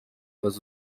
was